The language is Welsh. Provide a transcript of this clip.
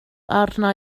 arna